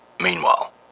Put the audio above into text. Meanwhile